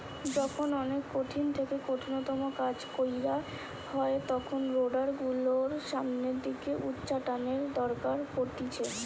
যখন অনেক কঠিন থেকে কঠিনতম কাজ কইরা হয় তখন রোডার গুলোর সামনের দিকে উচ্চটানের দরকার পড়তিছে